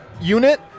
unit